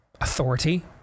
authority